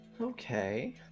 Okay